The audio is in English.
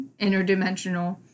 Interdimensional